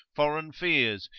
foreign fears,